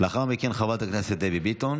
לאחר מכן, חברת הכנסת דבי ביטון,